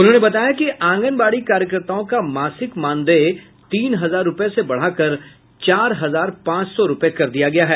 उन्होंने बताया कि आंगनवाड़ी कार्यकर्ताओं का मासिक मानदेय तीन हजार रुपए से बढ़ाकर चार हजार पांच सौ रुपए कर दिया गया है